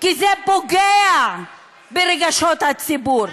כי זה פוגע ברגשות הציבור.